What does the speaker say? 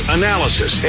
analysis